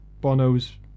Bono's